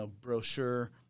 brochure